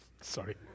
sorry